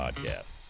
podcast